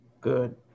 Good